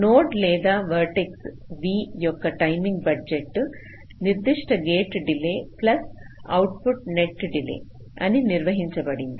node లేదా vertex v యొక్క timing budget నిర్దిష్ట gate delay plus output net delay అని నిర్వచించబడింది